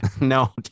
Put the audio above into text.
no